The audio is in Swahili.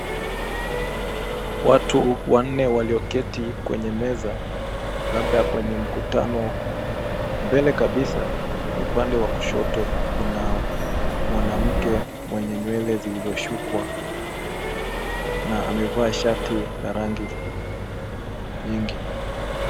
Watu wanne walioketi kwenye meza, labda kwenye mkutano, mbele kabisa upande wa kushoto kuna mwanamke mwenye nywele zilizoshukwa na amevaa shati la rangi nyingi.